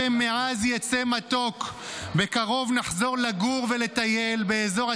אתה עולה להרעיל בארות,